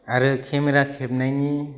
आरो केमेरा खेबनायनि